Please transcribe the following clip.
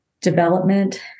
development